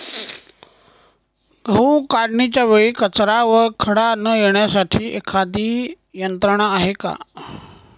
गहू काढणीच्या वेळी कचरा व खडा न येण्यासाठी एखादी यंत्रणा आहे का?